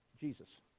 Jesus